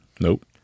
Nope